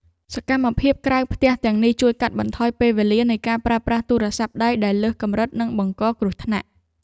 សកម្មភាពក្រៅផ្ទះទាំងនេះជួយកាត់បន្ថយពេលវេលានៃការប្រើប្រាស់ទូរស័ព្ទដៃដែលលើសកម្រិតនិងបង្កគ្រោះថ្នាក់។